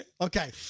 Okay